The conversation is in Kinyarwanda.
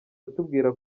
atubwira